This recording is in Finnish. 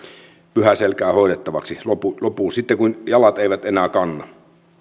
pyhäselkään hoidettavaksi sitten kun jalat eivät enää kanna